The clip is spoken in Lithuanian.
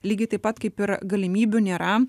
lygiai taip pat kaip ir galimybių nėra